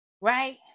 Right